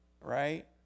right